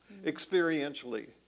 experientially